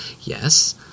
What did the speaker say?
yes